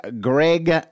Greg